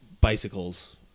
bicycles